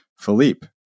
Philippe